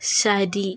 ശരി